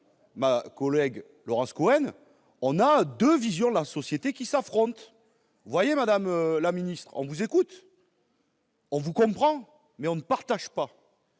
ma collègue Laurence Cohen : ce sont deux visions de la société qui s'affrontent. Vous voyez, madame la ministre, on vous écoute, on vous comprend, mais on ne partage pas.